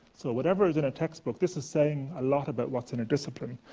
so, whatever is in a textbook this is saying a lot about what's in a discipline.